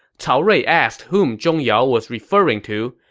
cao rui asked whom zhong yao was referring to,